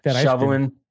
shoveling